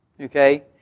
Okay